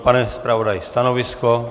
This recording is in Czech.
Pane zpravodaji, stanovisko.